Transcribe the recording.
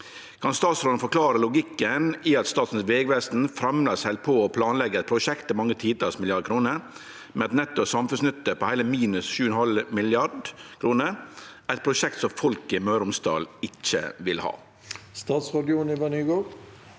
Kan statsråden forklare logikken i at Statens vegvesen framleis held på å planlegge eit prosjekt til mange titals milliardar kroner, med ei netto samfunnsnytte på heile minus 7,5 mrd. kr, eit prosjekt som folket i Møre og Romsdal ikkje vil ha?»